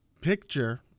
picture